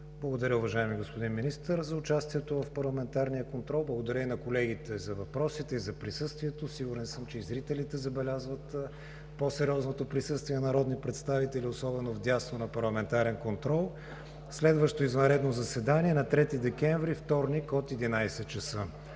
Благодаря, уважаеми господин Министър, за участието в парламентарния контрол. Благодаря и на колегите за въпросите, за присъствието. Сигурен съм, че и зрителите забелязват по-сериозното присъствие на народни представители, особено вдясно, на парламентарен контрол. Следващо – извънредно заседание, на 3 декември 2019 г., вторник, от 11,00 ч.